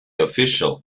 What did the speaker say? official